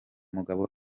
mugabo